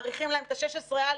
מאריכים להן את ה-16א,